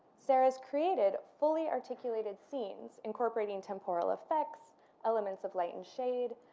serres created fully articulated scenes incorporating temporal effects elements of light and shade,